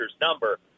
number